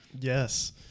Yes